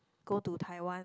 go to Taiwan